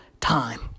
time